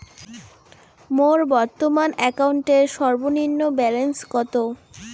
মোর বর্তমান অ্যাকাউন্টের সর্বনিম্ন ব্যালেন্স কত?